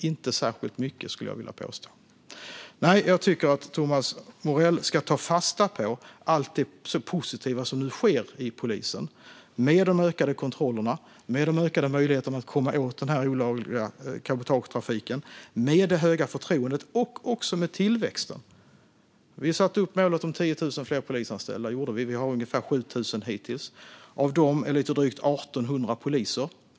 Inte särskilt mycket, skulle jag vilja påstå. Jag tycker att Thomas Morell ska ta fasta på allt det positiva som nu sker i polisen, med de ökade kontrollerna, de ökade möjligheterna att komma åt den olagliga cabotagetrafiken, det höga förtroendet och även tillväxten. Vi har satt upp målet om 10 000 fler polisanställda. Vi har ungefär 7 000 hittills. Av dem är lite drygt 1 800 poliser.